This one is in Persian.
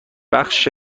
بخش